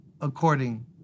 according